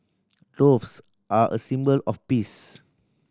doves are a symbol of peace